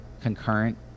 concurrent